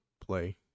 play